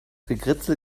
gekritzel